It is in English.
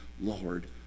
Lord